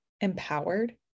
empowered